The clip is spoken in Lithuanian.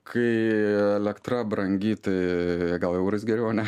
kai elektra brangi tai gal eurais geriau ne